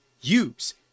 use